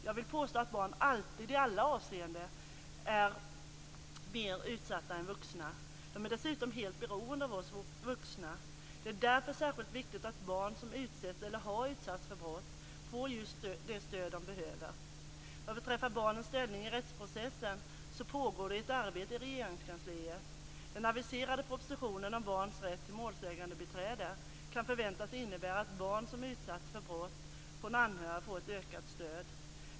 Jag vill påstå att barn alltid i alla avseenden är mer utsatta än vuxna. De är dessutom helt beroende av oss vuxna. Det är därför särskilt viktigt att barn som utsätts, eller som har utsatts, för brott får just det stöd som de behöver. Vad beträffar barnens ställning i rättsprocessen så pågår ett arbete i Regeringskansliet. Den aviserade propositionen om barns rätt till målsägandebiträde kan förväntas innebära att barn som utsatts för brott från anhöriga får ett ökat stöd.